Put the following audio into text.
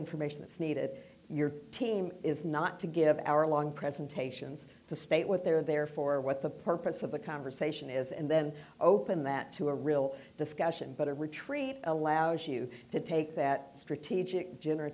information that's needed your team is not to give hour long presentations to state what they're there for what the purpose of the conversation is and then open that to a real discussion but a retreat allows you to take that strategic